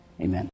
Amen